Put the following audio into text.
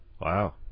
Wow